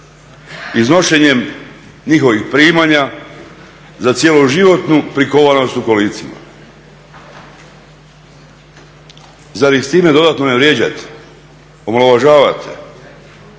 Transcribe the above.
iznošenjem njihovih primanja za cjeloživotnu prikovanost u kolicima. Zar ih s time dodatno ne vrijeđate, omalovažavate?